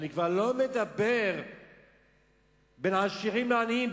אני כבר לא מדבר על הפערים בין עשירים לעניים,